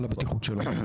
על הבטיחות שלו.